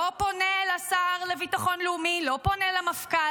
לא פונה לשר לביטחון לאומי, לא פונה למפכ"ל.